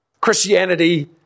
Christianity